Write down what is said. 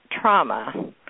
trauma